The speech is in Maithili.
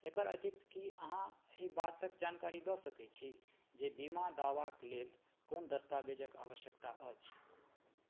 एकर अतिरिक्त कि अहाँ एहि बातके जानकारी दऽ सकै छी जे बीमा दावाके लेल कोन दस्तावेजके आवश्यकता अछि